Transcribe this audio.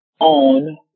own